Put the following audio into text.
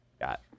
got